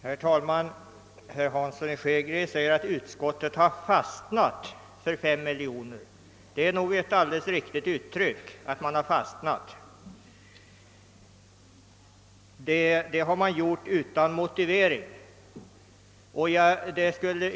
Herr talman! Herr Hansson i Skegrie säger att utskottet har »fastnat« för 5 miljoner kronor. Det är nog ett alldeles riktigt uttryck. Man har stannat för denna summa utan motivering.